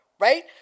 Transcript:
right